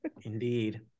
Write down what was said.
indeed